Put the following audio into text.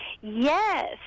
Yes